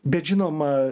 bet žinoma